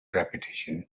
repetition